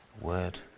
word